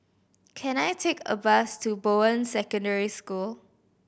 can I take a bus to Bowen Secondary School